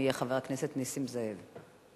חבר הכנסת נסים זאב.